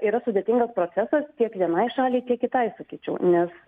yra sudėtingas procesas tiek vienai šaliai tiek kitai sakyčiau nes